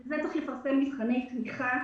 בשביל זה צריך לפרסם מבחני תמיכה